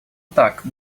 так